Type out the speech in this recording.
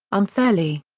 unfairly.